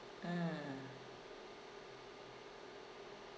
mm